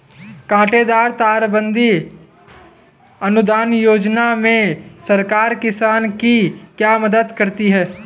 कांटेदार तार बंदी अनुदान योजना में सरकार किसान की क्या मदद करती है?